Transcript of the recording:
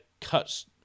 cuts